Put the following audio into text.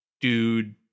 dude